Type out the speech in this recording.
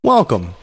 Welcome